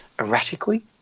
erratically